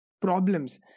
Problems